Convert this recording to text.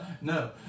No